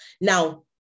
Now